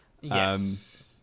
yes